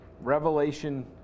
Revelation